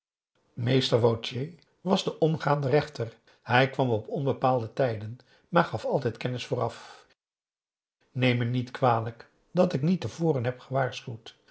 mr wautier was de omgaande rechter hij kwam op onbepaalde tijden maar gaf altijd kennis vooraf neem me niet kwalijk dat ik niet te voren heb gewaarschuwd